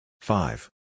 Five